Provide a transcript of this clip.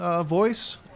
voice